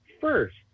first